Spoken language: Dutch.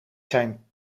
zijn